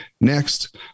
next